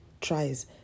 tries